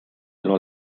los